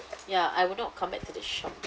ya I would not come back to the shop